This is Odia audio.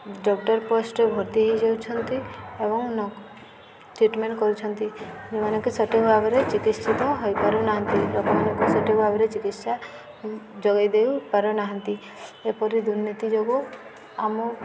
ଡକ୍ଟର୍ ପୋଷ୍ଟ୍ରେ ଭର୍ତ୍ତି ହୋଇଯାଉଛନ୍ତି ଏବଂ ଟ୍ରିଟ୍ମେଣ୍ଟ୍ କରୁଛନ୍ତି ଯେଉଁମାନେକି ସଠିକ୍ ଭାବରେ ଚିକିତ୍ସିତ ହୋଇପାରୁନାହାନ୍ତି ଲୋକମାନଙ୍କୁ ସଠିକ୍ ଭାବରେ ଚିକିତ୍ସା ଯୋଗାଇଦେଇ ପାରୁନାହାନ୍ତି ଏପରି ଦୁର୍ନୀତି ଯୋଗୁଁ ଆମ